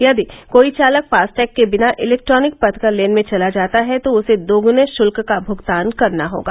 यदि कोई चालक फास्टैग के बिना इलेक्ट्रॉनिक पथकर लेन में चला जाता है तो उसे दोगुने शुल्क का भुगतान करना होगा